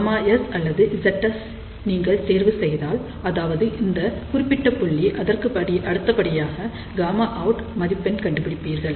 ΓS அல்லது ZS நீங்கள் தேர்வு செய்தால் அதாவது இந்தக் குறிப்பிட்ட புள்ளி அதற்கு அடுத்தபடியாக Γ out மதிப்பெண் கண்டுபிடிப்பீர்கள்